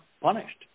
punished